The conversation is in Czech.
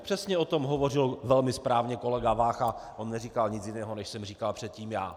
Přesně o tom hovořil velmi správně kolega Vácha, on neříkal nic jiného, než jsem říkal předtím já.